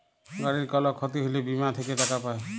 গাড়ির কল ক্ষতি হ্যলে বীমা থেক্যে টাকা পায়